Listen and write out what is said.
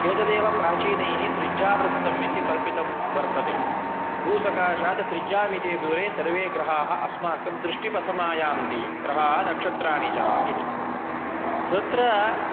एतदेव प्राचीनैः त्रिज्यावृत्तम् इति कल्पितं वर्तते भूसकाशात् त्रिज्यामितिदूरे सर्वे ग्रहाः अस्माकं दृष्टिपथमायान्ति ग्रहाः नक्षत्राणि च इति तत्र